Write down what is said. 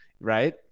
right